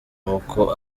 n’uko